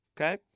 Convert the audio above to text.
okay